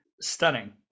Stunning